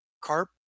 carp